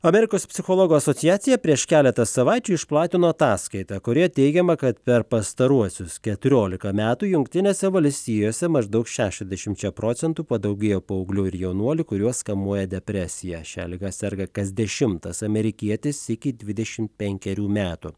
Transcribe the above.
amerikos psichologų asociacija prieš keletą savaičių išplatino ataskaitą kurioje teigiama kad per pastaruosius keturiolika metų jungtinėse valstijose maždaug šešiasdešimčia procentų padaugėjo paauglių ir jaunuolių kuriuos kamuoja depresija šia liga serga kas dešimtas amerikietis iki dvidešim penkerių metų